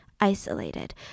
isolated